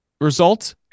result